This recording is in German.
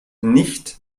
nicht